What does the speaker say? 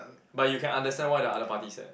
but you can understand why the other party is sad